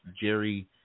Jerry